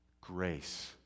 Grace